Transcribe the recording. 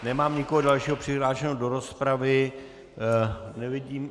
Nemám nikoho dalšího přihlášeného do rozpravy, nevidím...